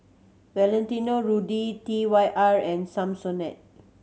Valentino Rudy T Y R and Samsonite